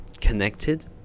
connected